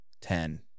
Ten